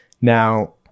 Now